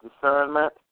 discernment